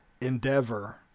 endeavor